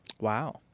Wow